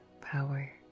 power